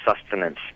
sustenance